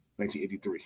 1983